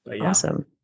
Awesome